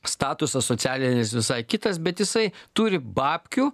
statusas socialinis visai kitas bet jisai turi babkių